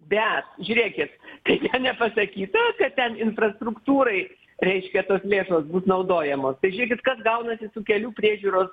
bet žiūrėkit tai ką nepasakyta kad ten infrastruktūrai reiškia tos lėšos bus naudojamos tai žiūrėkit kas gaunasi su kelių priežiūros